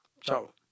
Ciao